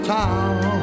town